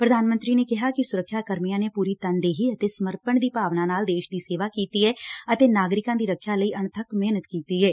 ਪ੍ਰਧਾਨ ਮੰਤਰੀ ਨੇ ਕਿਹਾ ਕਿ ਸੁਰੱਖਿਆ ਕਰਮੀਆਂ ਨੇ ਪੂਰੀ ਤਨਦੇਹੀ ਅਤੇ ਸਮਰਪਣ ਦੀ ਭਾਵਨਾ ਨਾਲ ਦੇਸ਼ ਦੀ ਸੇਵਾ ਕੀਤੀ ਏ ਅਤੇ ਨਾਗਰਿਕਾਂ ਦੀ ਰੱਖਿਆ ਲਈ ਅਣਬੱਕ ਮਿਹਨਤ ਕੀਤੀ ਏ